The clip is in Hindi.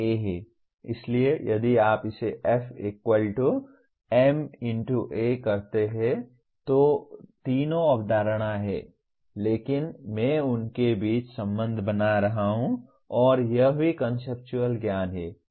इसलिए यदि आप इसे F ma कहते हैं तो तीनों अवधारणाएं हैं लेकिन मैं उनके बीच संबंध बना रहा हूं और यह भी कॉन्सेप्चुअल ज्ञान है